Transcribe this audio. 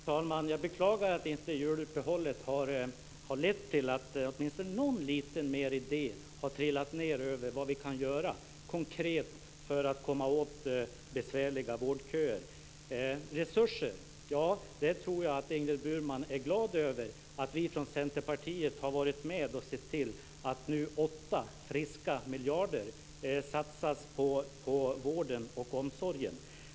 Fru talman! Jag beklagar att inte juluppehållet har lett till att åtminstone någon liten idé har trillat ned om vad vi kan göra konkret för att komma åt besvärliga vårdköer. Vad gäller resurser tror jag att Ingrid Burman är glad över att vi från Centerpartiet har varit med och sett till att nu 8 friska miljarder satsas på vården och omsorgen.